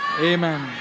Amen